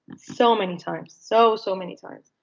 so many times. so, so many times.